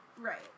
Right